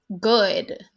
good